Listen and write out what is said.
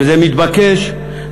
וזה מתבקש,